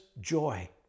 joy